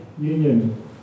union